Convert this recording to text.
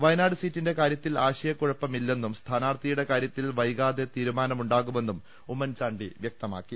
വയനാട് സീറ്റിന്റെ കാര്യത്തിൽ ആശയക്കുഴപ്പമില്ലെന്നും സ്ഥാനാർഥിയുടെ കാര്യത്തിൽ വൈകാതെ തീരുമാനമുണ്ടാകുമെന്നും ഉമ്മൻ ചാണ്ടി വൃക്തമാക്കി